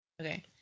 Okay